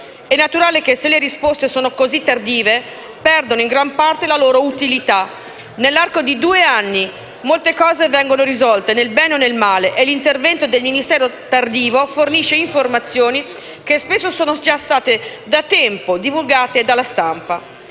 È naturale che se le risposte sono così tardive perdono in gran parte la loro utilità. Nell'arco di due anni molte cose vengono risolte, nel bene o nel male, e l'intervento tardivo del Ministero fornisce informazioni che spesso sono già state da tempo divulgate dalla stampa.